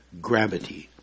gravity